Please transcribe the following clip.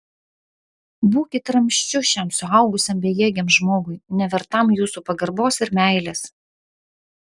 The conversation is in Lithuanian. būkit ramsčiu šiam suaugusiam bejėgiam žmogui nevertam jūsų pagarbos ir meilės